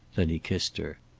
then he kissed her.